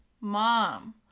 mom